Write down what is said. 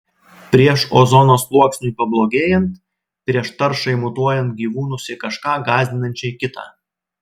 prieš ozono sluoksniui pablogėjant prieš taršai mutuojant gyvūnus į kažką gąsdinančiai kitą